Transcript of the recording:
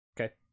Okay